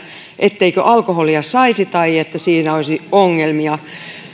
etteikö alkoholia saisi tai että siinä olisi ongelmia